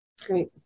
great